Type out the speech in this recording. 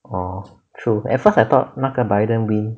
orh true at first I thought 那个 biden win